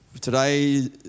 Today